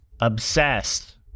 obsessed